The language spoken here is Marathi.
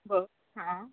बरं हां